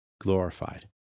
glorified